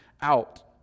out